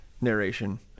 narration